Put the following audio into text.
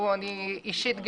אישית,